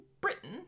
Britain